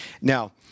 Now